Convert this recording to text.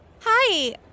Hi